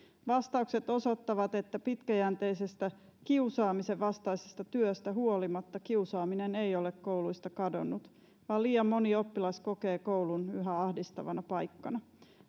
vastaukset osoittavat että pitkäjänteisestä kiusaamisen vastaisesta työstä huolimatta kiusaaminen ei ole kouluista kadonnut vaan liian moni oppilas kokee koulun yhä ahdistavana paikkana